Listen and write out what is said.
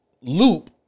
loop